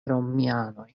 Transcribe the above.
romianoj